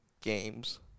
games